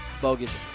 bogus